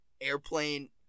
airplane